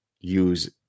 use